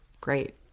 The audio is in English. great